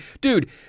dude